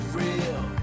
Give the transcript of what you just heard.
real